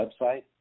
website